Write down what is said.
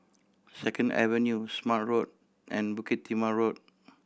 Second Avenue Smart Road and Bukit Timah Road